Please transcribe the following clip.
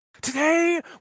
Today